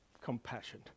compassion